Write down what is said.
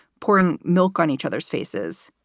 pouring milk on each other's faces.